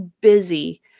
busy